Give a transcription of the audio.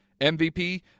MVP